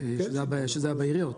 שזה היה בעיריות.